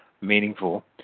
meaningful